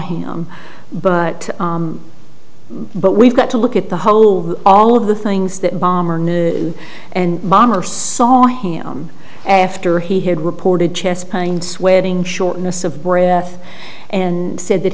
him but but we've got to look at the whole all of the things that bomber knew and bomber saw him after he had reported chest pain sweating shortness of breath and said that